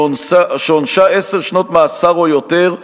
שעונשה עשר שנות מאסר או יותר,